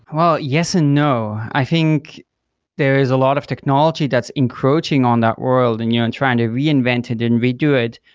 well yes and no. i think there is a lot of technology that's encroaching on that world and you know and trying to reinvent it and redo it,